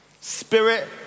Spirit